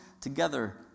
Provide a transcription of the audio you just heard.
together